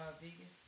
vegan